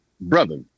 brother